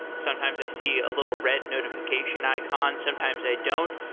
sometimes i see a little red notification icon. sometimes i don't.